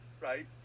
right